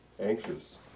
anxious